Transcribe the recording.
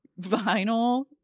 vinyl